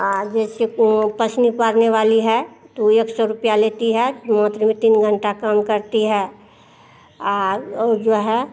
जिसे पसनी पारने वाली है तो ओ एक सौ रुपया लेती है मात्र में तीन घंटा काम करती है और जो है